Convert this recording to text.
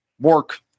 work